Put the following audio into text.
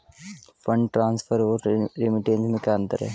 Fund transfer और remittance में क्या अंतर है?